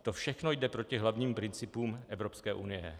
To všechno jde proti hlavním principům Evropské unie.